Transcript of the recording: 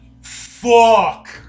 Fuck